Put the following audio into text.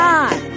God